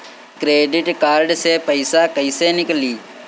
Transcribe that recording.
Credit card से पईसा केइसे निकली?